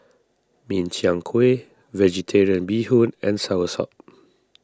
Min Chiang Kueh Vegetarian Bee Hoon and Soursop